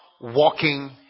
walking